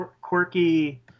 quirky